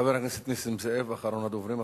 חבר הכנסת נסים זאב, אחרון הדוברים.